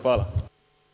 Hvala.